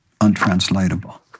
untranslatable